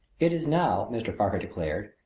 it is now, mr. parker declared,